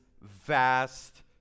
vast